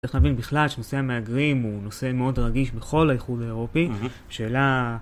צריך להבין בכלל שנושא המהגרים הוא נושא מאוד רגיש בכל האיחוד האירופי. שאלה...